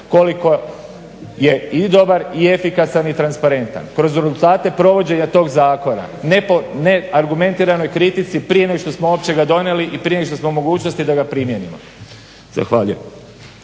koliko je i dobar i efikasan i transparentan kroz rezultate provođenja tog zakona, a ne u neargumentiranoj kritici prije nego što smo ga uopće donijeli i prije nego što smo u mogućnosti da ga primijenimo. Zahvaljujem.